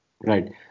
Right